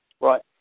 Right